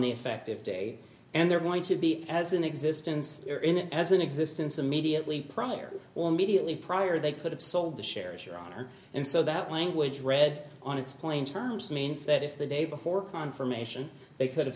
the effective day and they're going to be as in existence or in as an existence immediately prior will immediately prior they could have sold the shares your honor and so that language read on its plain terms means that if the day before confirmation they could have